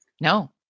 No